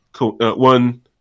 one